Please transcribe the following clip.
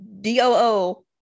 D-O-O